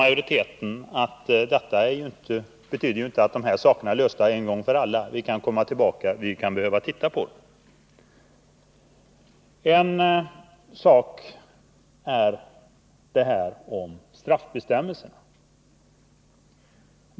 Majoriteten sade att detta inte innebär att de här problemen är lösta en gång för alla, utan vi kan behöva komma tillbaka och se på dem. En fråga är straffbestämmelserna.